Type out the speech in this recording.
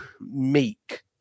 meek